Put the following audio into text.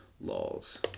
Laws